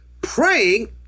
Praying